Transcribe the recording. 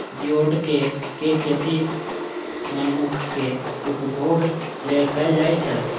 geoduck के खेती मनुक्खक उपभोग लेल कैल जाइ छै